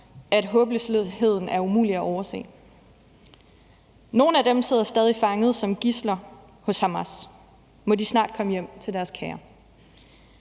at håbløsheden er umulig at overse. Nogle af dem sidder stadig fanget som gidsler hos Hamas. Må de snart komme hjem til deres kære!